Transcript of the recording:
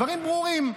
הדברים ברורים.